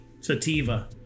sativa